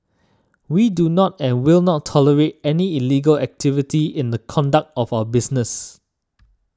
we do not and will not tolerate any illegal activity in the conduct of our business